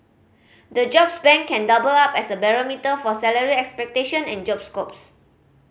the jobs bank can double up as a barometer for salary expectation and job scopes